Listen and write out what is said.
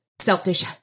selfish